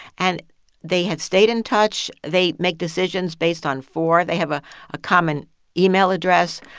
and they have stayed in touch. they make decisions based on four. they have a ah common email address.